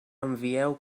envieu